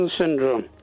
syndrome